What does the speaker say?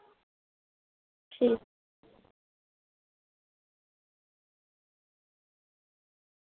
ठीक